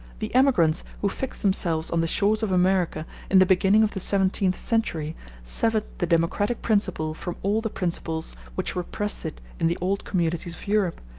the emigrants who fixed themselves on the shores of america in the beginning of the seventeenth century severed the democratic principle from all the principles which repressed it in the old communities of europe,